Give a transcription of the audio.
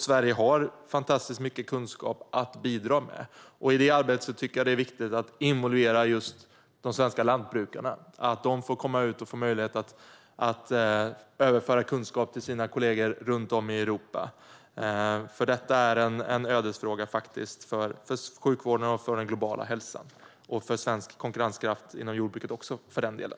Sverige har fantastiskt mycket kunskap att bidra med, och i det arbetet tycker jag att det är viktigt att involvera just de svenska lantbrukarna så att de får möjlighet att komma ut och överföra kunskap till sina kollegor runt om i Europa. Detta är nämligen en ödesfråga för sjukvården och den globala hälsan, och för svensk konkurrenskraft inom jordbruket, för den delen.